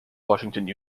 washington